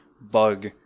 bug